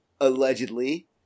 allegedly